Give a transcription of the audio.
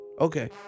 okay